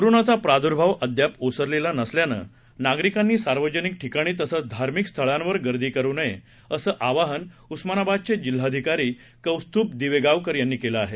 कोरोनाचाप्रादुर्भावअद्यापओसरलेलानसल्यानंनागरिकांनीसार्वजनिकठिकाणीतसं चधार्मिकस्थळांवरगर्दीकरुनये असंआवाहनउस्मानाबादचेजिल्हाधिकारीकौस्तुभदिवेगावकरयांनीकेलंआहे